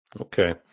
Okay